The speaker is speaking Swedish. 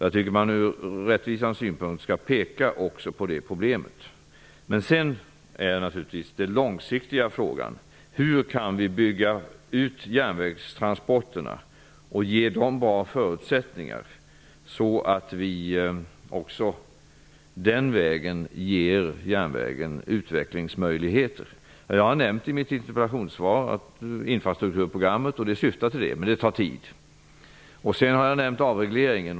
Från rättvisans synpunkt skall man peka också på det problemet. Men frågan på lång sikt är: Hur kan vi bygga ut järnvägstransporterna och ge dem bra förutsättningar så att järnvägen också den vägen ges utvecklingsmöjligheter? Jag har nämnt i mitt interpellationssvar att infrastrukturprogrammet syftar till det. Men det tar tid. Jag har också nämnt avregleringen.